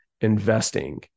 investing